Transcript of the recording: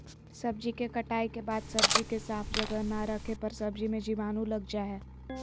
सब्जी के कटाई के बाद सब्जी के साफ जगह ना रखे पर सब्जी मे जीवाणु लग जा हय